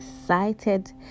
excited